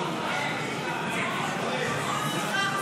--- סליחה,